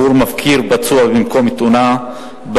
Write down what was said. הנואמים כדי להציג את הצעת חוק לתיקון פקודת התעבורה (תיקון,